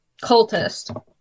cultist